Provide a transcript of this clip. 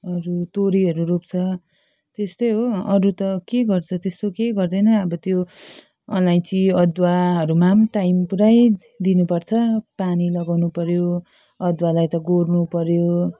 अरू तोरीहरू रोप्छ त्यस्तै हो अरू त के गर्छ त्यस्तो केही गर्दैन अब त्यो अलैँची अदुवाहरूमा पनि टाइम पुरै दिनुपर्छ पानी लगाउनु पर्यो अदुवालाई त गोड्नुपर्यो